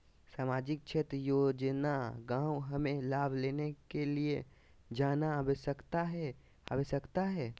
सामाजिक क्षेत्र योजना गांव हमें लाभ लेने के लिए जाना आवश्यकता है आवश्यकता है?